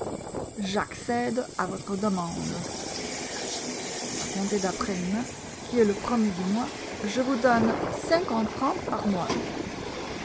j'accède à votre demande a compter daprès demain qui est le premier du mois je vous donne cinquante francs par mois